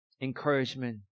encouragement